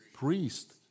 Priest